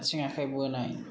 आथिं आखाय बोनाय